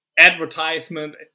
advertisement